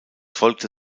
folgte